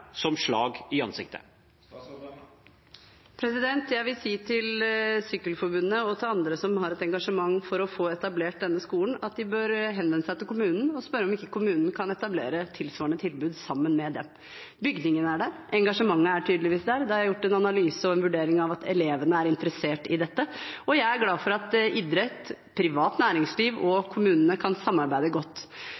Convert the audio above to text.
som slag i ansiktet? Jeg vil si til sykkelforbundet og til andre som har et engasjement for å få etablert denne skolen, at de bør henvende seg til kommunen og spørre om ikke kommunen kan etablere tilsvarende tilbud sammen med dem. Bygningene er der, og engasjementet er tydeligvis der. Det er gjort en analyse og en vurdering av at elevene er interessert i dette. Jeg er glad for at idrett, privat næringsliv og